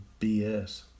BS